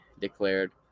declared